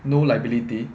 no liability